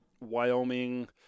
Wyoming